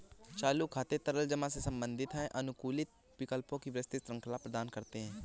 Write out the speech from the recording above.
चालू खाते तरल जमा से संबंधित हैं, अनुकूलित विकल्पों की विस्तृत श्रृंखला प्रदान करते हैं